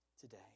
today